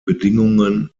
bedingungen